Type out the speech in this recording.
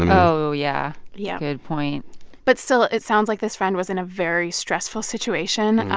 and oh, yeah yeah. good point but still, it sounds like this friend was in a very stressful situation,